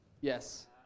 Yes